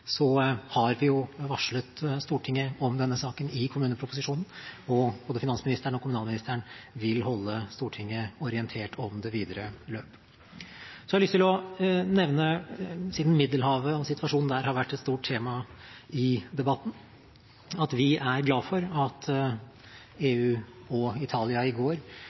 har vi jo varslet Stortinget om denne saken i kommuneproposisjonen, og både finansministeren og kommunalministeren vil holde Stortinget orientert om det videre løp. Så har jeg lyst til å nevne – siden Middelhavet og situasjonen der har vært et stort tema i debatten – at vi er glade for at EU og Italia i går